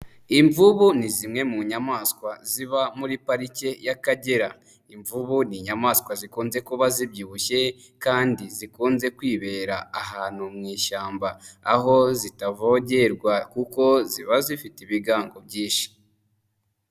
Imvubu ni zimwe mu nyamanswa ziba muri parike y'akagera, imvubu ni inyamanswa zikunze kuba zibyibushye kandi zikunze kwibera ahantu mu ishyamba aho zitavogerwa kuko ziba zifite ibigango byinshi.